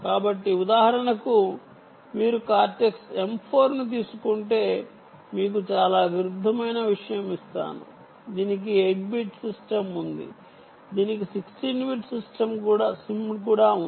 కాబట్టి ఉదాహరణకు మీరు కార్టెక్స్ M 4 ను తీసుకుంటే మీకు చాలా విరుద్ధమైన విషయం ఇస్తాను దీనికి 8 బిట్ సిమ్డ్ ఉంది దీనికి 16 బిట్ సిమ్డ్ కూడా ఉంది